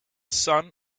son